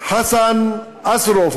חסן אוסרוף,